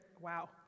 Wow